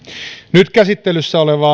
nyt käsittelyssä oleva